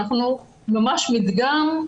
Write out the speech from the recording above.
אנחנו ממש מדגם,